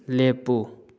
ꯂꯦꯞꯄꯨ